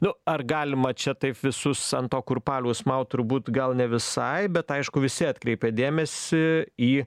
nu ar galima čia taip visus ant to kurpaliaus maut turbūt gal ne visai bet aišku visi atkreipė dėmesį į